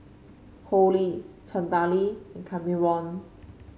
Hollie Chantelle and Kameron